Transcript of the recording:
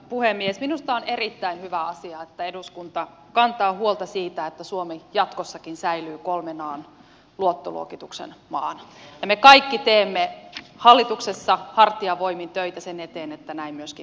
minusta on erittäin hyvä asia että eduskunta kantaa huolta siitä että suomi jatkossakin säilyy kolmen an luottoluokituksen maana ja me kaikki teemme hallituksessa hartiavoimin töitä sen eteen että näin myöskin tapahtuu